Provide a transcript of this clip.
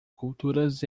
culturas